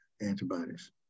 antibodies